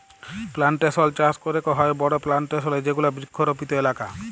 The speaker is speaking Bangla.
প্লানটেশল চাস ক্যরেক হ্যয় বড় প্লানটেশল এ যেগুলা বৃক্ষরপিত এলাকা